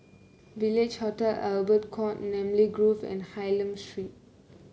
Village Hotel Albert Court Namly Grove and Hylam Street